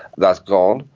that's gone.